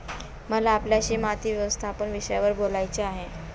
मला आपल्याशी माती व्यवस्थापन विषयावर बोलायचे आहे